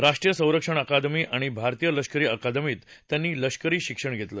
राष्ट्रीय संरक्षण अकादमी आणि भरतीय लष्करी अकादमीत त्यांनी लष्करी शिक्षण घेतलं